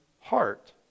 heart